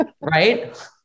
right